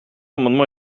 amendement